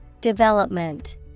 development